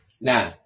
Now